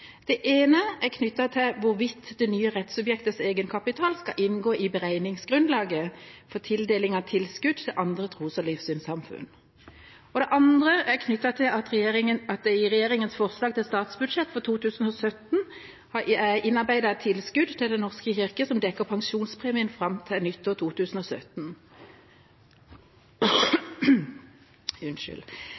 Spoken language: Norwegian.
Det ene er knyttet til hvorvidt det nye rettssubjektets egenkapital skal inngå i beregningsgrunnlaget for tildeling av tilskudd til andre tros- og livssynssamfunn. Det andre er knyttet til at det i regjeringas forslag til statsbudsjett for 2017 er innarbeidet et tilskudd til Den norske kirke som dekker pensjonspremien fram til nyttår 2017.